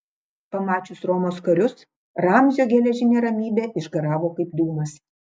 pamačius romos karius ramzio geležinė ramybė išgaravo kaip dūmas